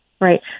right